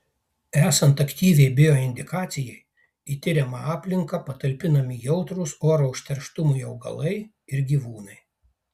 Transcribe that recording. esant aktyviai bioindikacijai į tiriama aplinką patalpinami jautrūs oro užterštumui augalai ir gyvūnai